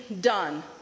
done